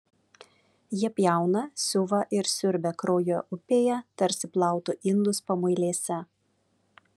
jie pjauna siuva ir siurbia kraujo upėje tarsi plautų indus pamuilėse